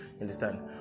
understand